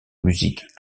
musique